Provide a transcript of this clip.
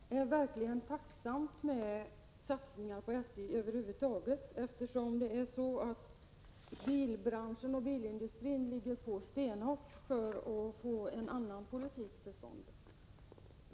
Fru talman! Det är verkligen tacksamt med satsningar på SJ över huvud taget, eftersom bilbranschen och bilindustrin ligger på stenhårt för att få en annan politik till stånd.